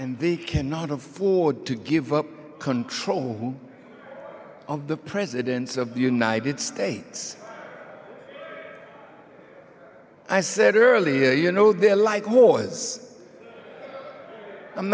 and they cannot afford to give up control of the presidents of the united states i said earlier you know they're like